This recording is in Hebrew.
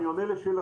אני עונה לשאלתך,